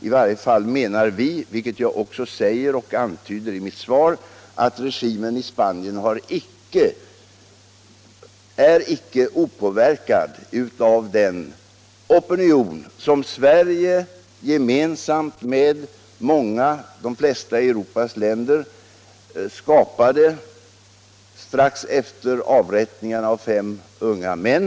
I varje fall menar vi, vilket jag också säger i mitt svar, att regimen i Spanien icke är opåverkad av den opinion som Sverige gemensamt med många, ja de flesta av Europas länder, skapade strax efter avrättningarna av fem unga män.